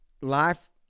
life